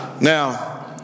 Now